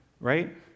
right